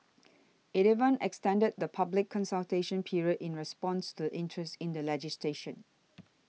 it even extended the public consultation period in response to interest in the legislation